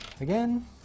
again